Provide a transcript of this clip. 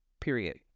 period